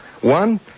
One